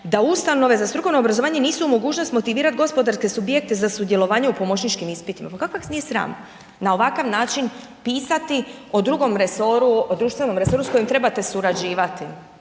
da ustanove za strukovno obrazovanje nisu u mogućnosti motivirati gospodarske subjekte za sudjelovanje u pomoćničkim ispitima, pa kako vas nije sram na ovakav način pisati od društvenom resoru s kojim trebate surađivati?